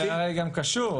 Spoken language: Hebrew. זה הרי גם קשור,